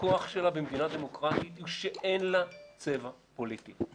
הכוח שלה במדינה דמוקרטית שאין לה צבע פוליטי.